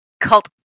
Cult